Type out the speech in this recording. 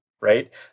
right